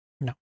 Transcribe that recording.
No